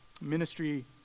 Ministry